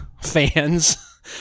fans